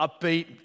upbeat